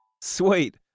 Sweet